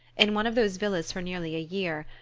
in one of those villas for nearly a year,